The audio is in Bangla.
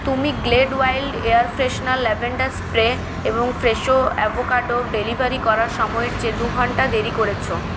তুমি Glade wild air freshener lavender spray এবং ফ্রেশো অ্যাভোকাডো ডেলিভারি করার সময়ের চেয়ে দু ঘন্টা দেরি করেছ